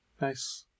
Nice